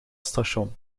station